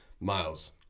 miles